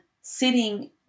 sitting